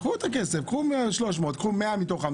קחו את הכסף, קחו 100 מתוכם.